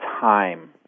time